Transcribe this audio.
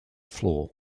floor